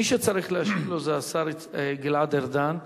מי שצריך להשיב לו זה השר גלעד ארדן,